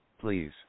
Please